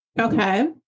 okay